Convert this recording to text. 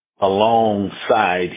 alongside